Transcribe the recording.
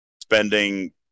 spending